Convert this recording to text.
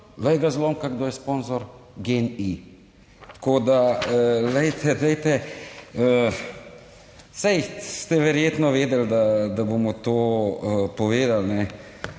ga zlomka, kdo je sponzor GEN-I. Tako da glejte, glejte, saj ste verjetno vedeli, da bomo to povedali. Za